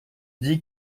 dit